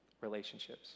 relationships